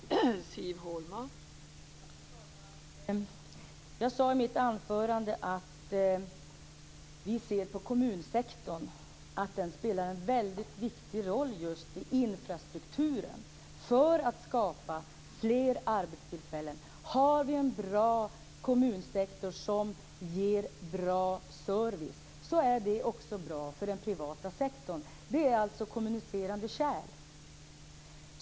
Fru talman! Jag sade i mitt anförande att vi ser att kommunsektorn spelar en väldigt viktig roll just i infrastrukturen, för att skapa fler arbetstillfällen. Har vi en bra kommunsektor som ger bra service är det också bra för den privata sektorn. Det är alltså kommunicerande kärl.